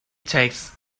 takes